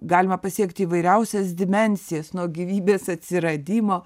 galima pasiekti įvairiausias dimensijas nuo gyvybės atsiradimo